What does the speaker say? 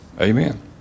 Amen